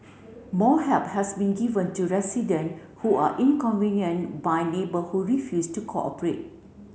more help has been given to resident who are inconvenient by neighbour who refuse to cooperate